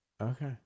Okay